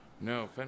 No